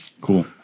Cool